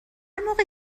موقع